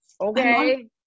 Okay